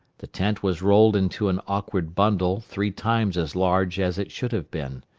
the tent was rolled into an awkward bundle three times as large as it should have been.